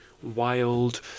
wild